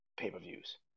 pay-per-views